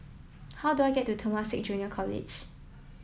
how do I get to Temasek Junior College